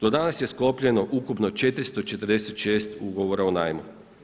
Do danas je sklopljeno ukupno 446 ugovora o najmu.